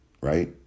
right